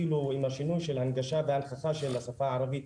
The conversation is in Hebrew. שהתחילו בשינוי של ההנגשה והנכחה של השפה הערבית